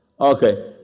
Okay